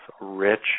rich